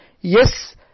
Yes